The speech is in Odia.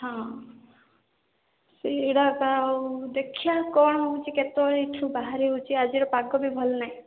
ହଁ ସେଇଡ଼ା ତ ଆଉ ଦେଖିବା କ'ଣ ହେଉଛି କେତେବେଳେ ଏଇଠୁ ବାହାରି ହେଉଛି ଆଜିର ପାଗ ବି ଭଲ ନାହିଁ